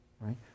right